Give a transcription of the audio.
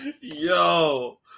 Yo